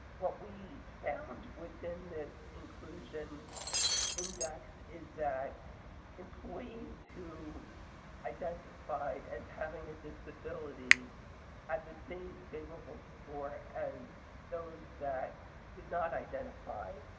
what we found within this inclusion index is that employees who identified as having a disability had the same favorable score as those that did not identify.